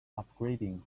upgrading